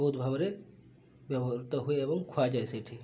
ବହୁତ ଭାବରେ ବ୍ୟବହୃତ ହୁଏ ଏବଂ ଖୁଆଯାଏ ସେଇଠି